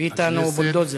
ביטן הוא בולדוזר.